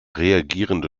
reagierende